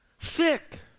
sick